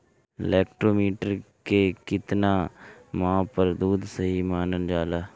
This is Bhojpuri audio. लैक्टोमीटर के कितना माप पर दुध सही मानन जाला?